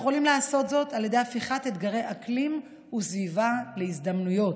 אנחנו יכולים לעשות זאת על ידי הפיכת אתגרי אקלים וסביבה להזדמנויות.